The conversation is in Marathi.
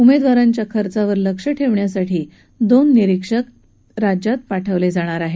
उमेदवारांच्या खर्चावर लक्ष ठेवण्यासाठी दोन निरीक्षक राज्यात पाठवलज्जाणार आहेत